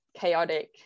chaotic